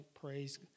praise